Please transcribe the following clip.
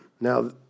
Now